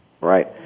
Right